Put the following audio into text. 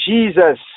Jesus